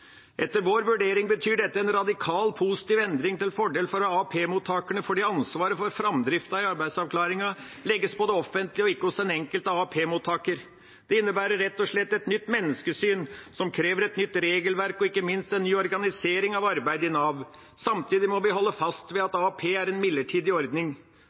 Etter vår vurdering betyr dette en radikal, positiv endring til fordel for AAP-mottakerne, fordi ansvaret for framdriften i arbeidsavklaringen legges på det offentlige, ikke hos den enkelte AAP-mottaker. Det innebærer rett og slett et nytt menneskesyn som krever et nytt regelverk og ikke minst en ny organisering av arbeidet i Nav. Samtidig må vi holde fast ved at AAP er en midlertidig ordning.